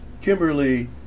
Kimberly